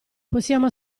possiamo